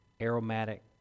aromatic